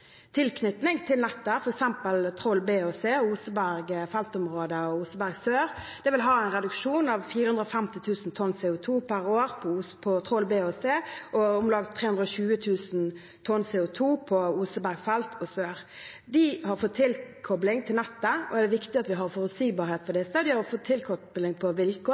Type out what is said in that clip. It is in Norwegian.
tilknytning til nettet, er f.eks. Troll B og C, Oseberg feltområde og Oseberg sør. Det vil være en reduksjon av 450 000 tonn CO 2 per år på Troll B og C og om lag 320 000 tonn CO 2 på Oseberg feltområde og Oseberg sør. De har fått tilkopling til nettet, og det er viktig at vi har forutsigbarhet for det. De har fått tilkopling på vilkår.